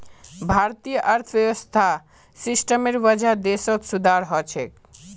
भारतीय अर्थव्यवस्था सिस्टमेर वजह देशत सुधार ह छेक